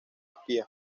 espía